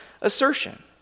assertion